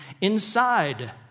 inside